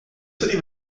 stati